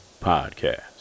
Podcast